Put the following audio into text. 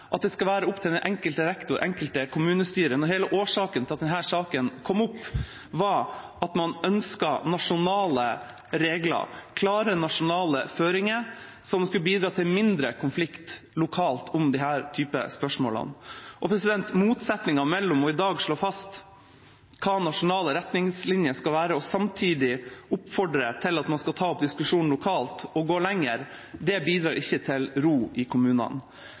at det skal være opp til den enkelte rektor, det enkelte kommunestyre, mens hele årsaken til at denne saken kom opp, var at man ønsket nasjonale regler, klare nasjonale føringer som skulle bidra til mindre konflikt lokalt om denne typen spørsmål. Motsetningen mellom i dag å slå fast hva som skal være nasjonale retningslinjer, og samtidig oppfordre til at man skal ta opp diskusjonen lokalt og gå lenger, bidrar ikke til ro i kommunene.